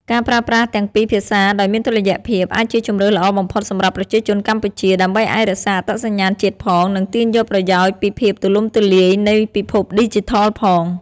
ការប្រើប្រាស់ទាំងពីរភាសាដោយមានតុល្យភាព អាចជាជម្រើសល្អបំផុតសម្រាប់ប្រជាជនកម្ពុជា ដើម្បីអាចរក្សាអត្តសញ្ញាណជាតិផង និងទាញយកប្រយោជន៍ពីភាពទូលំទូលាយនៃពិភពឌីជីថលផង។